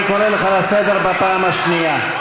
אני קורא אותך לסדר בפעם השנייה.